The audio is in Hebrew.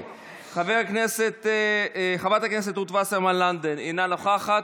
חברת הכנסת רות וסרמן לנדה, אינה נוכחת.